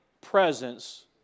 presence